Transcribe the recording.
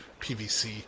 PVC